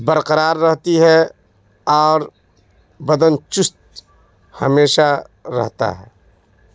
برقرار رہتی ہے اور بدن چست ہمیشہ رہتا ہے